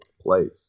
place